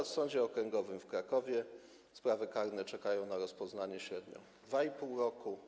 Np. w Sądzie Okręgowym w Krakowie sprawy karne czekają na rozpoznanie średnio 2,5 roku.